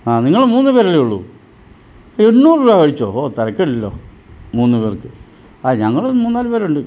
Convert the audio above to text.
ആ നിങ്ങള് മൂന്നുപേരല്ലേ ഉള്ളു എണ്ണൂറ് രൂപ മേടിച്ചോ ഓ തരക്കേടില്ലല്ലോ മൂന്ന് പേർക്ക് ആ ഞങ്ങളും മൂന്നാലു പേരുണ്ട്